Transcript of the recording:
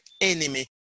enemy